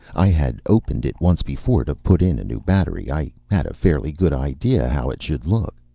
i had opened it once before, to put in a new battery. i had a fairly good idea how it should look.